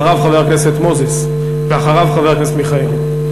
אחריו, חבר הכנסת מוזס, ואחריו, חבר הכנסת מיכאלי.